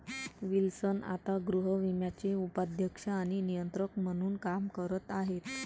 Wilson आता गृहविम्याचे उपाध्यक्ष आणि नियंत्रक म्हणून काम करत आहेत